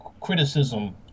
criticism